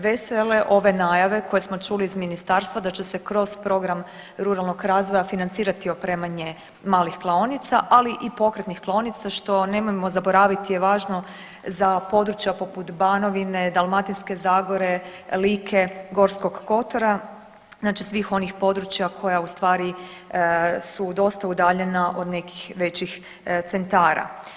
Vesele ove najave koje smo čuli iz ministarstva da će se kroz program ruralnog razvoja financirati opremanje malih klaonica, ali i pokretnih klaonica što nemojmo zaboraviti je važno za područja poput Banovine, Dalmatinske zagore, Like, Gorskog kotara, znači svih onih područja koja u stvari su dosta udaljena od nekih većih centara.